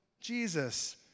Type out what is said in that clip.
Jesus